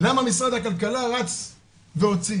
למה משרד הכלכלה רץ והוציא?